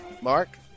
Mark